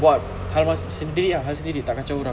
buat hal sendiri ah hal sendiri tak kacau orang